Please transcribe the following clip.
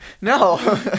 No